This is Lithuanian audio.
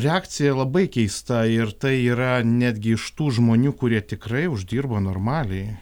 reakcija labai keista ir tai yra netgi iš tų žmonių kurie tikrai uždirba normaliai